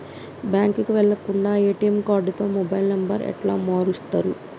బ్యాంకుకి వెళ్లకుండా ఎ.టి.ఎమ్ కార్డుతో మొబైల్ నంబర్ ఎట్ల మారుస్తరు?